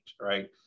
right